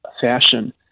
fashion